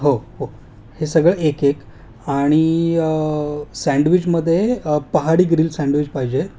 हो हो हे सगळं एक एक आणि सँडविचमध्ये पहाडी ग्रील सँडविच पाहिजे